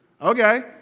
okay